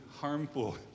harmful